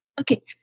Okay